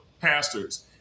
pastors